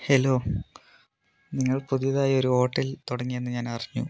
hello നിങ്ങൾ പുതുതായി ഒരു ഹോട്ടൽ തുടങ്ങിയെന്ന് ഞാൻ അറിഞ്ഞു